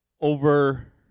over